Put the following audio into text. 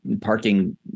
parking